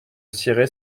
cirer